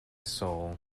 soul